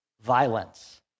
Violence